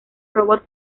robots